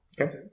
Okay